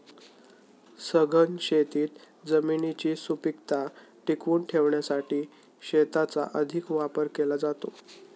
सघन शेतीत जमिनीची सुपीकता टिकवून ठेवण्यासाठी खताचा अधिक वापर केला जातो